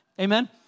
Amen